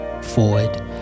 forward